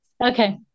Okay